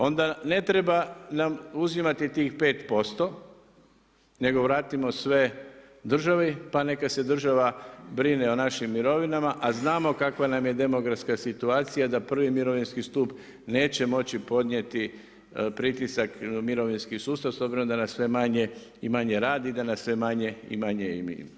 Onda ne treba nam uzimati tih 5% nego vratimo sve državi pa neka se država brine o našim mirovinama znamo kakva nam je demografska situacija da prvi mirovinski stup neće moći podnijeti pritisak s obzirom da nas sve manje i manje radi, da nas sve manje i manje ima.